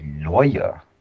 lawyer